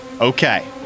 Okay